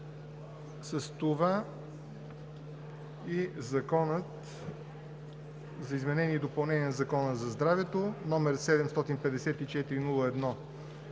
с това и Закон за изменение и допълнение на Закона за здравето, № 754-01-77,